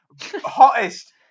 hottest